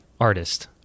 artist